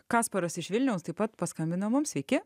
kasparas iš vilniaus taip pat paskambino mums sveiki